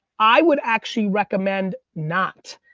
i would actually recommend not,